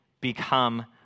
become